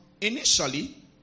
initially